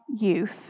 youth